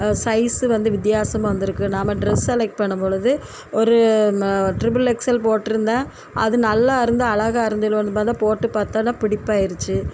size வந்து வித்தியாசமாக வந்துருக்குது நாம் ட்ரெஸ் செலெக்ட் பண்ணும் பொழுது ஒரு ம ட்ரிபிள் எக்ஸ்எல் போட்டிருந்தேன் அது நல்லா இருந்தா அழகா இருந்து சொல்வோன்னு பார்த்தா போட்டு பார்த்தோன்னே பிடிப்பா ஆகிருச்சி